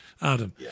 Adam